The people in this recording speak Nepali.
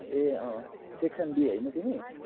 ए सेक्सन बी होइन तिमी